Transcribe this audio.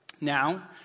Now